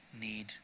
need